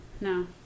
no